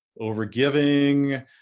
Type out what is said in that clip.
overgiving